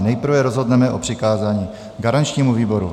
Nejprve rozhodneme o přikázání garančnímu výboru.